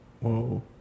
Whoa